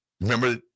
remember